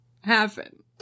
happen